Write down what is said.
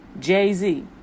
Jay-Z